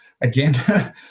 again